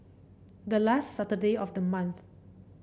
the last Saturday of the month